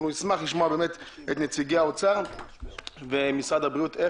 נשמח לשמוע את נציגי האוצר ומשרד הבריאות.